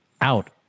out